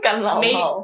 干好不好